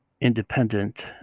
independent